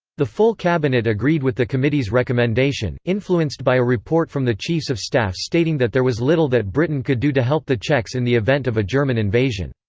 the full cabinet agreed with the committee's recommendation, influenced by a report from the chiefs of staff stating that there was little that britain could do to help the czechs in the event of a german invasion.